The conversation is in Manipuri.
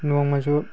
ꯅꯣꯡꯃꯁꯨ